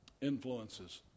influences